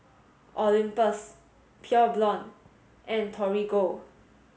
Olympus Pure Blonde and Torigo